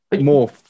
more